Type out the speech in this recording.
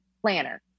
planner